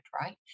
right